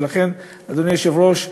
ולכן, אדוני היושב-ראש,